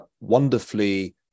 wonderfully